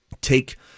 take